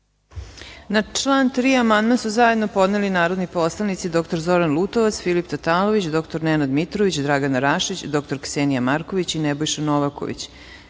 Na član 3. amandman su zajedno podneli narodni poslanici dr Zoran Lutovac, Filip Tatalović, dr Nenad Mitrović, Dragana Rašić, dr Ksenija Marković i Nebojša Novaković. Primili